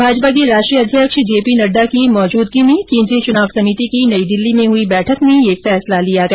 भाजपा के राष्ट्रीय अध्यक्ष जेपी नड्डा की मौजूदगी में केंद्रीय चुनाव समिति की नई दिल्ली में हुई बैठक में ये फैसला लिया गया